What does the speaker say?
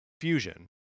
Fusion